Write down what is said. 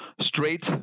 straight